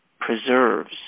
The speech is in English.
preserves